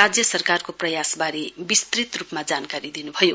राज्य सरकारको प्रयासबारे विस्तृत रूपमा जानकारी दिन् भयो